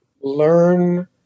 learn